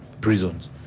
prisons